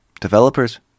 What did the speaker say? Developers